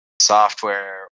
software